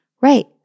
Right